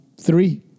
Three